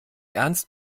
ernst